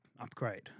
upgrade